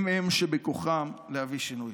הם-הם שבכוחם להביא שינוי.